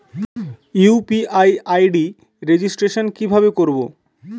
UPI ID registration কিভাবে করব?